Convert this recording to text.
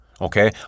Okay